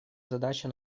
задача